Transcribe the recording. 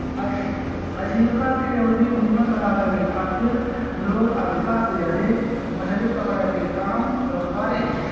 आजीविका के अउरी नीमन बनावे के खातिर लोग अधिका से अधिका मछरी पकड़े के काम करत बारे